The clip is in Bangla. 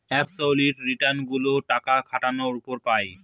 অবসোলিউট রিটার্ন গুলো টাকা খাটানোর উপর পাই